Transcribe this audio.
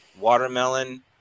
watermelon